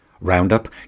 Roundup